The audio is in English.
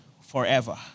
forever